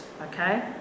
okay